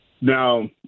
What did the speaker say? Now